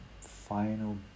final